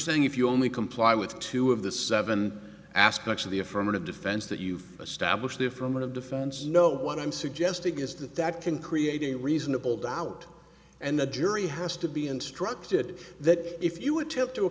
saying if you only comply with two of the seven aspects of the affirmative defense that you've established to from one of defense you know what i'm suggesting is that that can create a reasonable doubt and the jury has to be instructed that if you attempt to